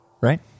right